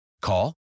Call